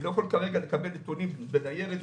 אני לא יכול כרגע לקבל נתונים בניירת.